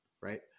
Right